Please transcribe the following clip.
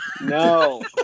No